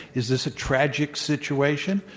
is this a tragic situation?